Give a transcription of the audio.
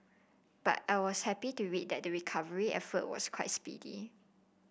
but I was happy to read that the recovery effort was quite speedy